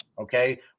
Okay